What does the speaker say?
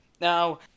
Now